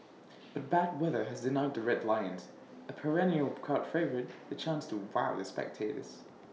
but bad weather has denied the Red Lions A perennial crowd favourite the chance to wow the spectators